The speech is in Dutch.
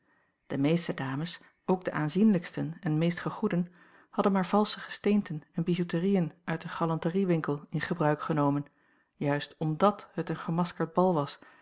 de meeste dames ook de aanzienlijksten en meest gegoeden hadden maar valsche gesteenten en bijouterieën uit den galanteriewinkel in gebruik genomen juist omdat het een gemaskerd bal was